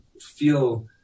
feel